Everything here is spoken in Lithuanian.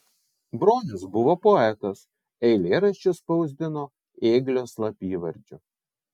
bronius buvo poetas eilėraščius spausdino ėglio slapyvardžiu